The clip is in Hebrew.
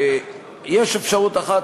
יש אפשרות אחת,